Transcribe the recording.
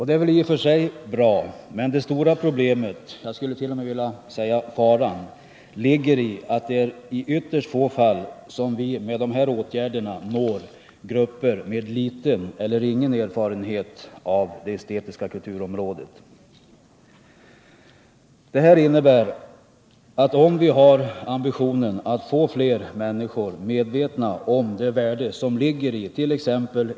Det är i och för sig bra, men det stora problemet —- jag skulle t.o.m. vilja säga faran — ligger i att det är i ytterst få fall som vi med dessa åtgärder når grupper med liten eller ingen erfarenhet av det estetiska kulturområdet. Detta innebär att om vi har ambitionen att få fler människor medvetna om det värde som ligger it.ex.